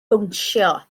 bownsio